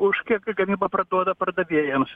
už kiek gamyba praduoda pardavėjams